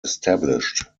established